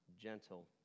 gentle